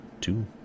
two